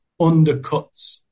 undercuts